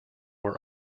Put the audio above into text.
were